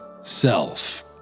self